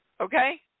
Okay